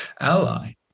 ally